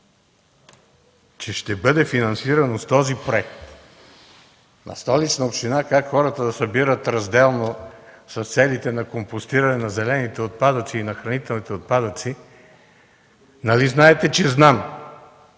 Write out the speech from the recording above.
че ще бъде финансирано с този проект на Столична община: как хората да събират разделно за целите на компостиране на зелените и на хранителните отпадъци, нали знаете, че знам,